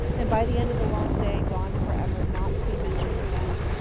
and by the end of the long day, gone forever, not to be mentioned again.